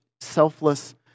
selfless